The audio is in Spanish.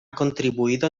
contribuido